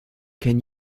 can